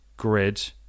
grid